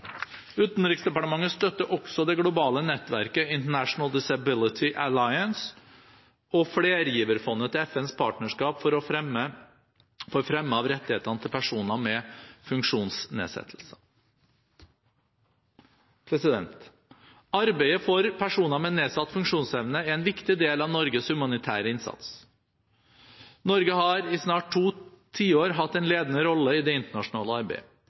Utenriksdepartementet støtter også det globale nettverket International Disability Alliance og flergiverfondet til FNs partnerskap for fremme av rettighetene til personer med funksjonsnedsettelser. Arbeidet for personer med nedsatt funksjonsevne er en viktig del av Norges humanitære innsats. Norge har i snart to tiår hatt en ledende rolle i det internasjonale arbeidet,